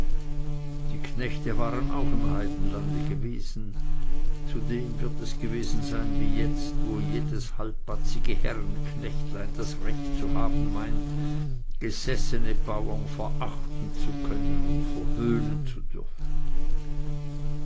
die knechte waren auch im heidenlande gewesen zudem wird es gewesen sein wie jetzt wo jedes halbbatzige herrenknechtlein das recht zu haben meint gesessene bauern verachten zu können und verhöhnen zu dürfen